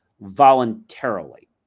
voluntarily